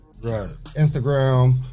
Instagram